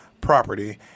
property